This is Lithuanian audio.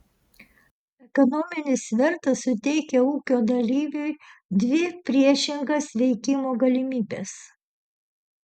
ekonominis svertas suteikia ūkio dalyviui dvi priešingas veikimo galimybes